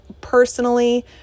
personally